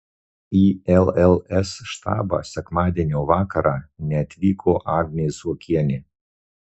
į lls štabą sekmadienio vakarą neatvyko agnė zuokienė